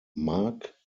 mark